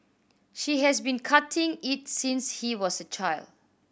she has been cutting it since he was a child